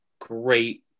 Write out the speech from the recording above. great